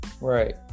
Right